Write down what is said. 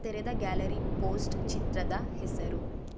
ತೆರೆದ gallery post ಚಿತ್ರದ ಹೆಸರು